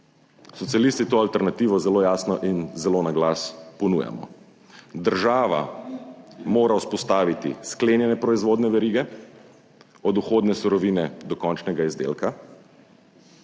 Socialisti to alternativo zelo jasno in zelo naglas ponujamo. Država mora vzpostaviti sklenjene proizvodne verige od vhodne surovine do končnega izdelka